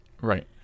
Right